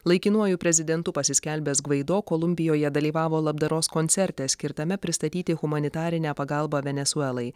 laikinuoju prezidentu pasiskelbęs gvaido kolumbijoje dalyvavo labdaros koncerte skirtame pristatyti humanitarinę pagalbą venesuelai